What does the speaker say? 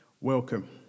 Welcome